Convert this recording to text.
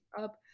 up